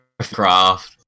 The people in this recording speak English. craft